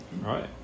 Right